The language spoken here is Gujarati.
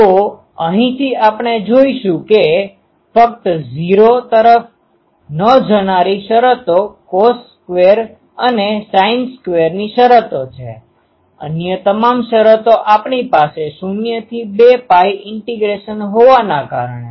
તો અહીંથી આપણે જોશું કે ફક્ત 0 તરફ ન જનારી શરતો કોસ સ્ક્વેર અને સાઈન સ્ક્વેરની શરતો છેઅન્ય તમામ શરતો આપણી પાસે 0 થી 2 પાય ઇન્ટિગ્રેશન હોવાના કારણે